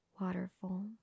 waterfall